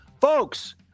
folks